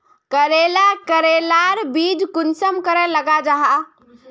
करेला करेलार बीज कुंसम करे लगा जाहा?